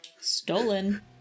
Stolen